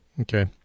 Okay